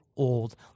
Old